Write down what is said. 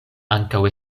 ankaŭ